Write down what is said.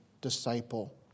disciple